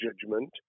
judgment